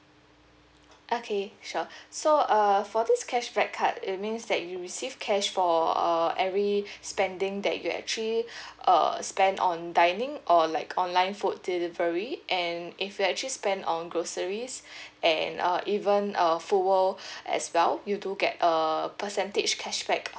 okay sure so uh for this cashback card it means that you receive cash for uh every spending that you actually uh spend on dining or like online food delivery and if you actually spend on groceries and then uh even uh fuel as well you do get uh percentage cashback